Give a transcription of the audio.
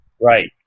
Right